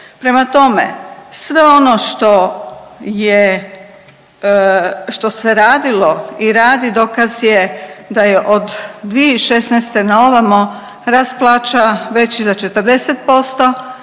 Prema tome, sve ono što se radilo i radi dokaz je da je od 2016. na ovamo rast plaća veći za 40%